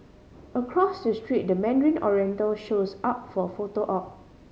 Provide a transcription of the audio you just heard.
across the street the Mandarin Oriental shows up for a photo op